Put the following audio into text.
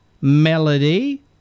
Melody